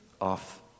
off